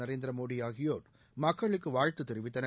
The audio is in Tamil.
நரேந்திர மோதி ஆகியோர் மக்களுக்கு வாழ்த்து தெரிவித்தனர்